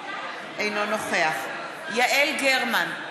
אינו נוכח יעל גרמן,